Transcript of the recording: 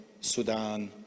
Sudan